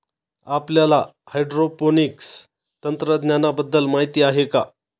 आपल्याला हायड्रोपोनिक्स तंत्रज्ञानाबद्दल माहिती आहे का?